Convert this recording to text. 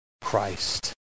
Christ